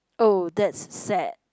oh that's sad